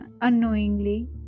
unknowingly